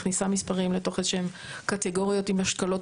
מכניסה מספרים לתוך איזה שהן קטגוריות עם אשכולות